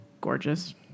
gorgeous